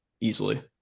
easily